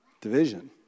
Division